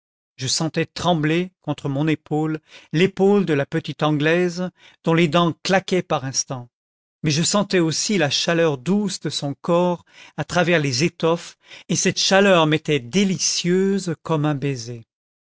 je sentais trembler contre mon épaule l'épaule de la petite anglaise dont les dents claquaient par instants mais je sentais aussi la chaleur douce de son corps à travers les étoffes et cette chaleur m'était délicieuse comme un baiser